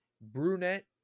brunette